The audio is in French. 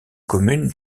communes